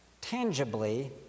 tangibly